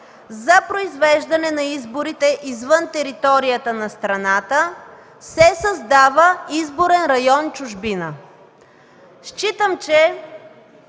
За произвеждане на изборите извън територията на страната се създава изборен район в чужбина”.